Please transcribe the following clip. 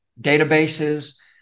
databases